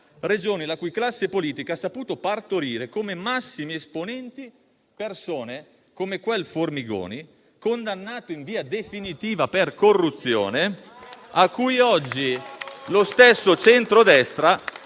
Regioni la cui classe politica ha saputo partorire, come massimi esponenti, persone come quel Formigoni, condannato in via definitiva per corruzione, a cui oggi lo stesso centrodestra